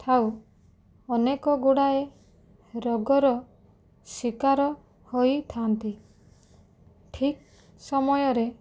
ଥାଉ ଅନେକ ଗୁଡ଼ାଏ ରୋଗର ଶିକାର ହୋଇଥାନ୍ତି ଠିକ୍ ସମୟରେ